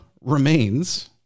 remains